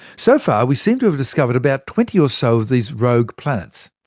so far, we seem to have discovered about twenty-or-so of these rogue planets.